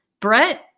Brett